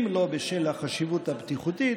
אם לא בשל החשיבות הבטיחותית,